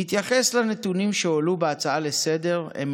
בהתייחס לנתונים שהועלו בהצעה לסדר-היום,